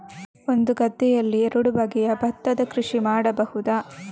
ಒಂದು ಗದ್ದೆಯಲ್ಲಿ ಎರಡು ಬಗೆಯ ಭತ್ತದ ಕೃಷಿ ಮಾಡಬಹುದಾ?